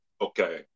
Okay